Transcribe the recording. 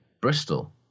Bristol